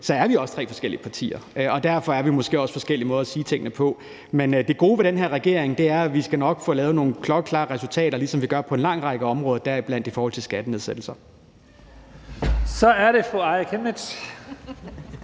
er vi tre forskellige partier, og derfor har vi måske også forskellige måder at sige tingene på. Men det gode ved den her regering er, at vi nok skal få lavet nogle klokkeklare resultater, ligesom vi gør på en lang række områder, deriblandt i forhold til skattenedsættelser. Kl. 14:02 Første